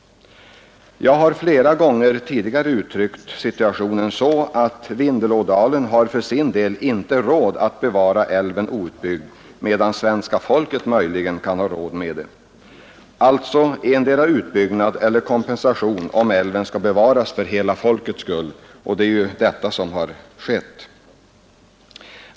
Jag har flera gånger tidigare uttryckt situationen så, att Vindelådalen för sin del inte har råd att bevara älven outbyggd, medan svenska folket möjligen kan ha råd med det. Alltså endera utbyggnad — eller kompensation, om älven skall bevaras för hela folkets skull, och det är ju detta man har gjort.